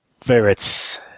Favorites